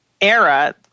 era